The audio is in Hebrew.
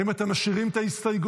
האם אתם משאירים את ההסתייגויות,